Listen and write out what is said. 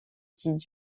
dit